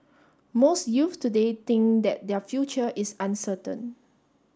most youth today think that their future is uncertain